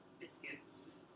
biscuits